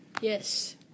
Yes